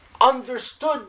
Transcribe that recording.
understood